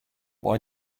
why